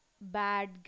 bad